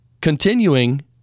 continuing